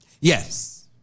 Yes